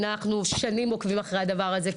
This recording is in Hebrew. אנחנו שנים עוקבים אחרי הדבר הזה,